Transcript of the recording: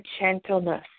gentleness